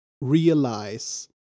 realize